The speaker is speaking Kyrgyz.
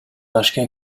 башка